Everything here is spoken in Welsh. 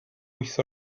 wyth